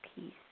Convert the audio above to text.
peace